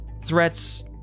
threats